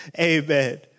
Amen